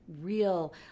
real